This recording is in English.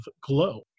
glow